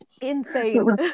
insane